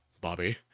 Bobby